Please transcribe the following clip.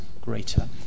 greater